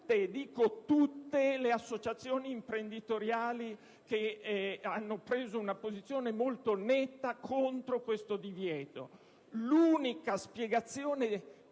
tutte, le associazioni imprenditoriali, le quali hanno preso una posizione molto netta contro questo divieto. L'unica spiegazione